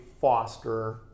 foster